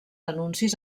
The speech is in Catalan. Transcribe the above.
anuncis